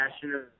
passionate